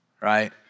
right